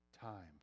time